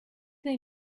they